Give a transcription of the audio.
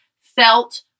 Felt